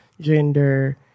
gender